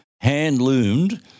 hand-loomed